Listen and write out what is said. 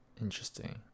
Interesting